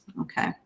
Okay